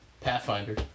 Pathfinder